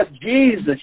Jesus